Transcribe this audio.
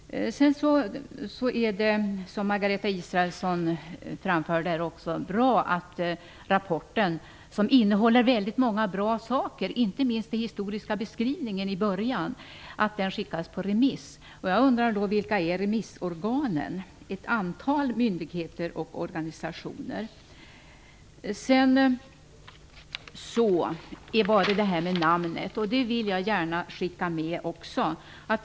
Det är som Margareta Israelsson framförde bra att rapporten skickas på remiss. Den innehåller väldigt många bra saker, inte minst den historiska beskrivningen i början. Vilka är remissorganen? Det står att den remitterats till ett antal myndigheter och organisationer. Jag vill gärna skicka med statsrådet min uppfattning om namnet.